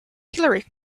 hillary